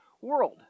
world